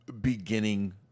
beginning